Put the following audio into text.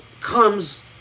comes